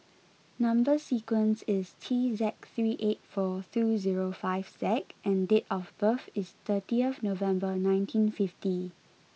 number sequence is T seven three eight four two zero five Z and date of birth is thirty November nineteen fifty